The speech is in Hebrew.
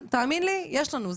תאמין לי, יש לנו זמן.